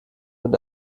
mit